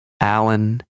Alan